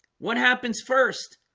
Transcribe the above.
what happens first